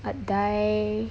I'd dye